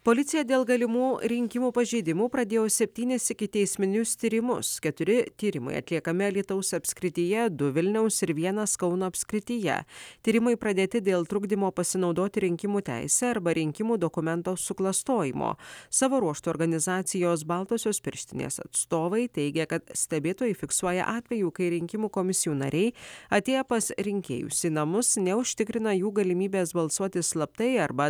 policija dėl galimų rinkimų pažeidimų pradėjo septynis ikiteisminius tyrimus keturi tyrimai atliekami alytaus apskrityje du vilniaus ir vienas kauno apskrityje tyrimai pradėti dėl trukdymo pasinaudoti rinkimų teise arba rinkimų dokumento suklastojimo savo ruožtu organizacijos baltosios pirštinės atstovai teigia kad stebėtojai fiksuoja atvejų kai rinkimų komisijų nariai atėję pas rinkėjus į namus neužtikrina jų galimybės balsuoti slaptai arba